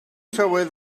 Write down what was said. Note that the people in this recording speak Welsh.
tywydd